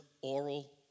oral